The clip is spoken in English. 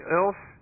else